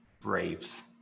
Braves